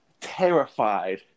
terrified